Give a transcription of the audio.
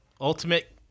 Ultimate